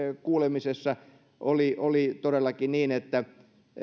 kuulemisessa oli oli todellakin niin että